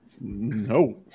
no